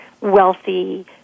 wealthy